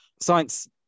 science